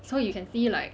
so you can see like